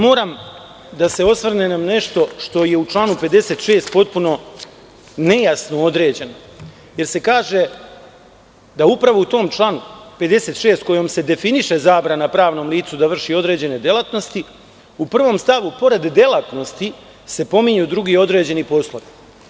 Moram da se osvrnem na nešto što je u članu 56. potpuno nejasno određeno, jer se kaže da upravo u tom članu 56, kojim se definiše zabrana pravnom licu da vrši određene delatnosti, u prvom stavu pored delatnosti se pominju drugi određeni poslovi.